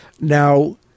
now